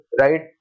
right